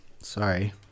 Sorry